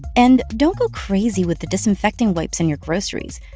and don't go crazy with the disinfecting wipes and your groceries.